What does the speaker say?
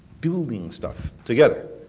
building stuff together,